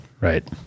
Right